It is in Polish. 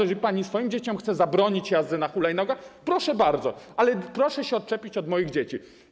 Jeżeli pani swoim dzieciom chce zabronić jazdy na hulajnodze, to proszę bardzo, ale proszę się odczepić od moich dzieci.